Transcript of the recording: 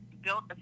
built